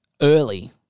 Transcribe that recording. early